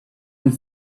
and